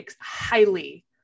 highly